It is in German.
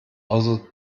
außer